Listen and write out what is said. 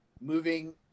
moving